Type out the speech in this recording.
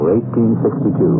1862